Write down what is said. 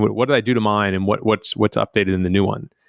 what do i do to mine and what what's what's updated in the new one.